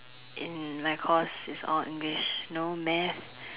in my course it's all English no math